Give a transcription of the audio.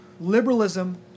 liberalism